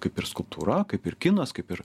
kaip ir skulptūra kaip ir kinas kaip ir